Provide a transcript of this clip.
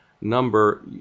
number